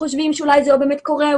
חושבים שאולי זה לא באמת קורה,